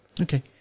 Okay